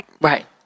Right